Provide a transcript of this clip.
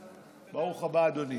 ברוך הבא, אדוני.